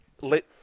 let